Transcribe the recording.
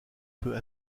peut